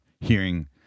hearing